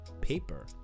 paper